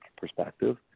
perspective